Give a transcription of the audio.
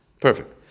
perfect